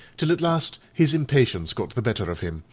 till at last his impatience got the better of him,